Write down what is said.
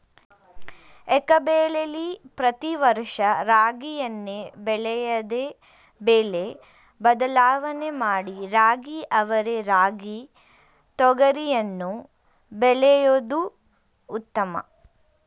ಏಕಬೆಳೆಲಿ ಪ್ರತಿ ವರ್ಷ ರಾಗಿಯನ್ನೇ ಬೆಳೆಯದೆ ಬೆಳೆ ಬದಲಾವಣೆ ಮಾಡಿ ರಾಗಿ ಅವರೆ ರಾಗಿ ತೊಗರಿಯನ್ನು ಬೆಳೆಯೋದು ಉತ್ತಮ